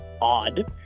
odd